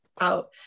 out